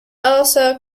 also